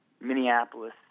Minneapolis